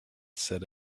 said